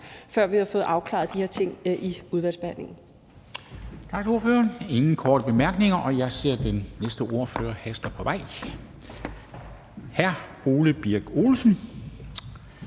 før vi har fået afklaret de her ting i udvalgsbehandlingen.